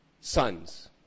sons